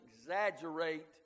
exaggerate